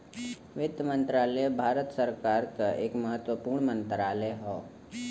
वित्त मंत्रालय भारत सरकार क एक महत्वपूर्ण मंत्रालय हौ